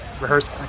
rehearse